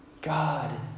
God